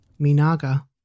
Minaga